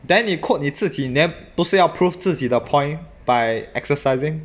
then 你 quote 你自己 then 不是要 proved 自己的 point by exercising